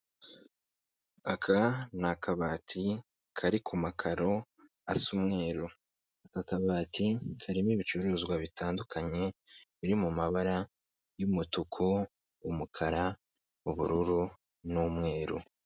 Aka ni akabati kari ku makaro asa umweru, aka kabati karimo ibicuruzwa bitandukanye, biri mu mabara y'umutuku, umukara, ubururu n'umweru.